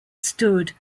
stood